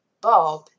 Bob